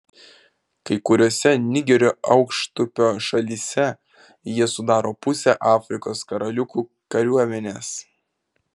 kai kuriose nigerio aukštupio šalyse jie sudaro pusę afrikos karaliukų kariuomenės